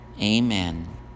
Amen